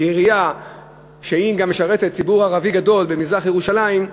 כעירייה שגם משרתת ציבור ערבי גדול במזרח-ירושלים,